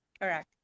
Correct